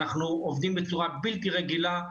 ואנחנו עובדים בצורה בלתי רגילה,